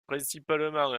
principalement